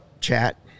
chat